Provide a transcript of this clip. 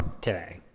today